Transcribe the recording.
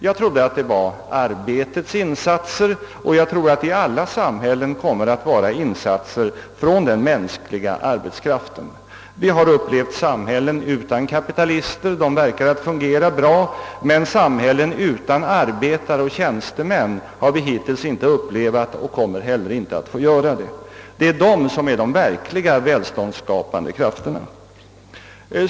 Jag trodde att det var arbetsinsatserna, och jag tror att det i alla samhällen kommer att vara insatserna av den mänskliga arbetskraften. Vi ser nu samhällen utan kapitalister. De ver kar att fungera bra. Samhällen utan arbetare och tjänstemän har vi däremot inte upplevt ännu och kommer heller inte att få göra det. Det är dessa grupper som är de verkligt välståndsskapande krafterna.